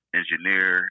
engineer